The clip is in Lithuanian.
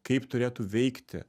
kaip turėtų veikti